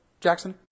Jackson